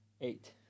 Eight